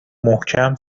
محکم